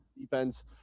defense